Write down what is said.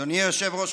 אדוני היושב-ראש,